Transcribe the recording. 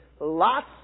lots